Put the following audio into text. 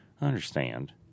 understand